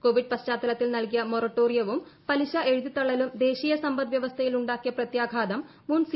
Covid പശ്ചാത്തലത്തിൽ നൽകിയ മൊറട്ടോറിയവും പലിശ എഴുതിത്തള്ളലും ദേശീയ സമ്പദ്വ്യവസ്ഥയിൽ ഉണ്ടാക്കിയ പ്രത്യാഷ്ട്രാതം മുൻ സി